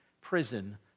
prison